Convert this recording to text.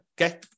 okay